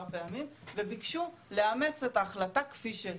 פעמים וביקשו לאמץ את ההחלטה כפי שהיא,